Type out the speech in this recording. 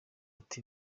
ati